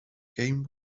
game